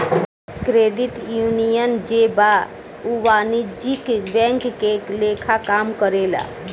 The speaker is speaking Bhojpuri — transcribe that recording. क्रेडिट यूनियन जे बा उ वाणिज्यिक बैंक के लेखा काम करेला